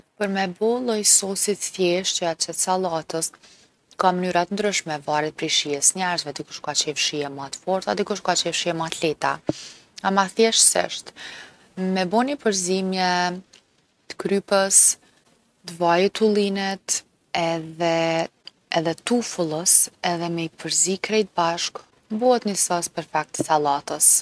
Për me bo lloj sosi t’thjeshtë që ja qet sallatës ka mnyra t’ndryshme, varet prej shijes t’njerzve, dikush ka qef shije ma t’forta, dikush ka qef shije ma t’lehta. Ama thjeshtsisht, me bo ni përzimje t’krypës, t’vajit t’ullinit edhe t’ufulles edhe m’i përzi krejt bashke, bohet ni sos perfekt i sallatës.